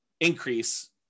increase